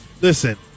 listen